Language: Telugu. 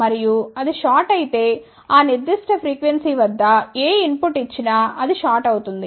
మరియు అది షార్ట్ అయితేఆ నిర్దిష్ట ప్రీక్వన్నీ వద్ద ఏ ఇన్ పుట్ ఇచ్చి నా అది షార్ట్ అవుతుంది